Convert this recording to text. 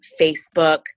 Facebook